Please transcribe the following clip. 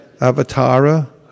Avatara